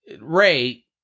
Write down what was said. Ray